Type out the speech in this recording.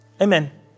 Amen